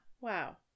Wow